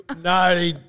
No